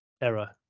error